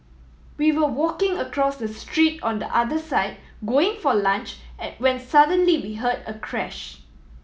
we were walking across the street on the other side going for lunch an when suddenly we heard a crash